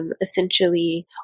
essentially